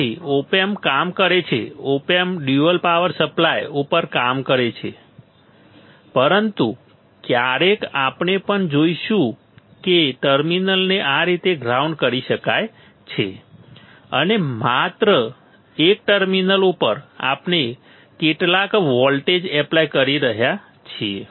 તેથી op amp કામ કરે છે op amp dual power supply ઉપર કામ કરે છે પરંતુ ક્યારેક આપણે પણ જોઈશું કે એક ટર્મિનલને આ રીતે ગ્રાઉન્ડ કરી શકાય છે અને માત્ર એક ટર્મિનલ ઉપર આપણે કેટલાક વોલ્ટેજ એપ્લાય કરી રહ્યા છીએ